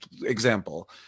example